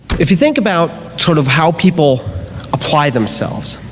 if you think about sort of how people apply themselves,